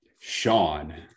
Sean